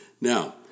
now